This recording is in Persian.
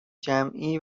جمعی